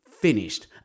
finished